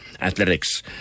athletics